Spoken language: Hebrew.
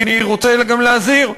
אני רוצה גם להזהיר,